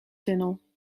tunnel